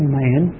man